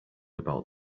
about